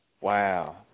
Wow